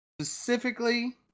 Specifically